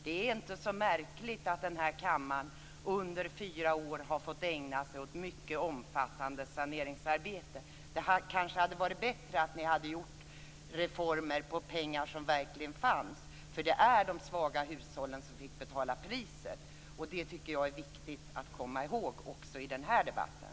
Det är inte så märkligt att kammaren under fyra år har fått ägna sig åt mycket omfattande saneringsarbete. Det hade kanske varit bättre att genomföra reformer med pengar som verkligen fanns. Det är de svaga hushållen som har fått betala priset. Det är viktigt att komma ihåg även i den här debatten.